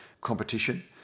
competition